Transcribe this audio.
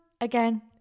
again